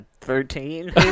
Thirteen